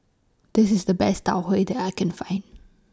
This IS The Best Tau Huay that I Can Find